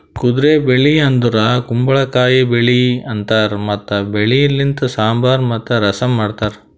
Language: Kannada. ಕುದುರೆ ಬೆಳಿ ಅಂದುರ್ ಕುಂಬಳಕಾಯಿ ಬೆಳಿ ಅಂತಾರ್ ಮತ್ತ ಬೆಳಿ ಲಿಂತ್ ಸಾಂಬಾರ್ ಮತ್ತ ರಸಂ ಮಾಡ್ತಾರ್